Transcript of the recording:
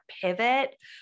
pivot